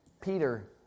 Peter